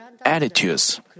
attitudes